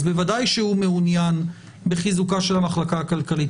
אז בוודאי שהוא מעוניין בחיזוקה של המחלקה הכלכלית.